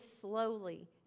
slowly